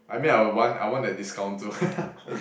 I mean I would want I want that discount too